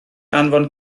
anfon